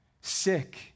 sick